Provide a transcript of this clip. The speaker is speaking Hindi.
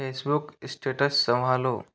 फेसबुक स्टेटस संभालो